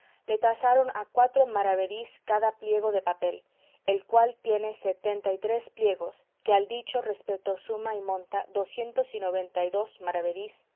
le tasaron a cuatro maravedís cada pliego en papel el cual tiene setenta y tres pliegos que al dicho respeto suma y monta docientos y noventa y dos